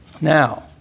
Now